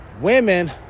women